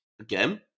Again